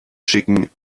schicken